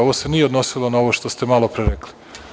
Ovo se nije odnosilo na ovo što ste malopre rekli.